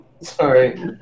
Sorry